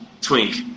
Twink